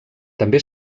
també